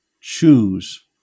choose